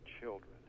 children